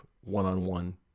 one-on-one